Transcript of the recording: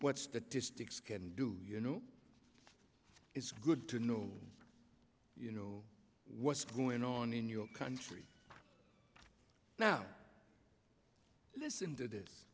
what statistics can do you know it's good to know you know what's going on in your country now listen to this